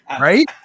Right